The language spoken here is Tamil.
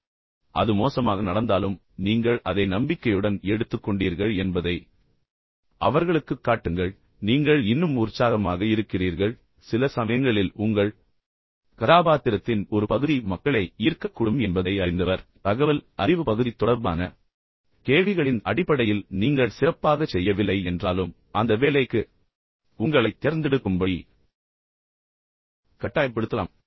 எனவே அது மோசமாக நடந்தாலும் நீங்கள் அதை நம்பிக்கையுடன் எடுத்துக்கொண்டீர்கள் என்பதை அவர்களுக்குக் காட்டுங்கள் பின்னர் நீங்கள் இன்னும் உற்சாகமாக இருக்கிறீர்கள் சில சமயங்களில் உங்கள் கதாபாத்திரத்தின் ஒரு பகுதி மக்களை ஈர்க்கக்கூடும் என்பதை அறிந்தவர் பின்னர் தகவல் மற்றும் அறிவு பகுதி தொடர்பான கேள்விகளின் அடிப்படையில் நீங்கள் சிறப்பாகச் செய்யவில்லை என்றாலும் அந்த வேலைக்கு உங்களைத் தேர்ந்தெடுக்கும்படி கட்டாயப்படுத்தலாம்